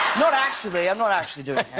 not actually. i'm not actually doing